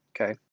okay